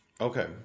Okay